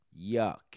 Yuck